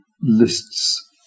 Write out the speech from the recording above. lists